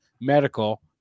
Medical